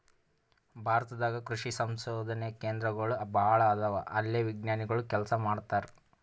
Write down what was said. ಭಾರತ ದಾಗ್ ಕೃಷಿ ಸಂಶೋಧನೆ ಕೇಂದ್ರಗೋಳ್ ಭಾಳ್ ಅದಾವ ಅಲ್ಲೇ ವಿಜ್ಞಾನಿಗೊಳ್ ಕೆಲಸ ಮಾಡ್ತಾರ್